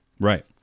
Right